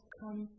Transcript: come